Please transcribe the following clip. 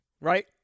Right